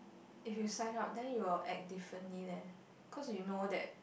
if you sign up then you will act differently leh cause you know that